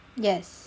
yes